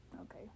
okay